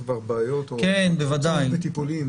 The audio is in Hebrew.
כבר בעיות שצריכים בטיפולים.